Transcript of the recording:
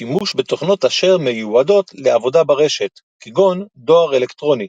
שימוש בתוכנות אשר מיועדות לעבודה ברשת – כגון דואר אלקטרוני.